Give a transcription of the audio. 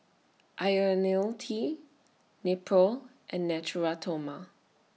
Ionil T Nepro and Natura Stoma